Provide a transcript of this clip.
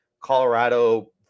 Colorado